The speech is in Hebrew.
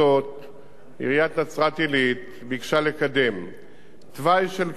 עיריית נצרת-עילית ביקשה לקדם תוואי של כביש עוקף,